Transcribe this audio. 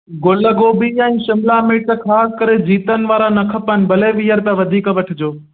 गुल गोभी ऐं शिमला मिर्च ख़ासि करे जीतनि वारा न खपनि भले वीह रुपया वधीक वठिजो